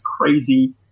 crazy